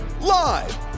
live